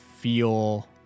feel